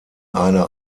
eine